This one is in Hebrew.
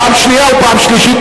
פעם שנייה ופעם שלישית.